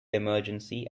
emergency